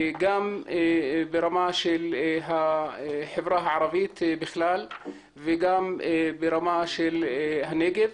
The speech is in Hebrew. גם ברמה של החברה הערבית בכלל וגם ברמה של הנגב.